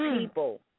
people